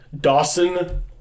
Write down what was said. Dawson